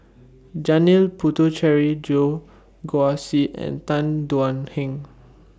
Janil Puthucheary Goh Guan Siew and Tan Thuan Heng